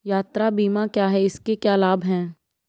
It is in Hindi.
यात्रा बीमा क्या है इसके क्या लाभ हैं?